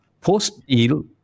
post-deal